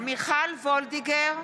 מיכל וולדיגר,